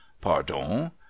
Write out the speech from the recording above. pardon